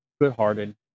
good-hearted